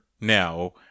now